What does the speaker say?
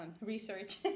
research